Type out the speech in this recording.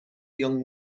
young